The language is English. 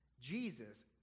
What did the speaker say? jesus